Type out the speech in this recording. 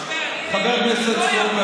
תיזכר בזה.